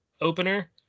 opener